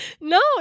No